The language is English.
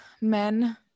men